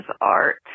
art